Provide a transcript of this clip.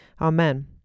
Amen